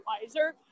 wiser